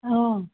অ